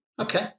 okay